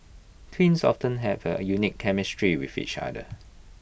twins often have A unique chemistry with each other